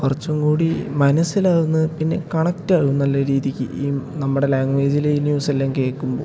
കുറച്ചും കൂടി മനസ്സിലാകുന്നു പിന്നെ കണക്റ്റാകും നല്ല രീതിക്ക് ഈ നമ്മുടെ ലാംഗ്വേജിൽ ന്യൂസെല്ലാം കേൾക്കുമ്പോൾ